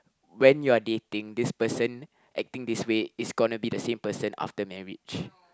when you are dating this person acting this way is gonna be the same person after marriage